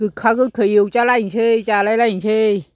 गोखा गोखै एवजालायसै जालायलायसै